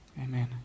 Amen